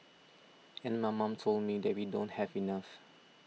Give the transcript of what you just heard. and my mom told me that we don't have enough